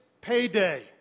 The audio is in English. payday